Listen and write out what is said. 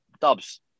dubs